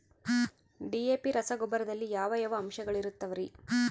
DAP ರಸಗೊಬ್ಬರದಲ್ಲಿ ಯಾವ ಯಾವ ಅಂಶಗಳಿರುತ್ತವರಿ?